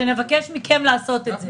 שנבקש מכם לעשות את זה.